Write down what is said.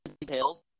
details